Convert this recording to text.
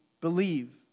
believe